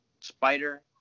Spider